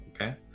okay